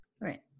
Right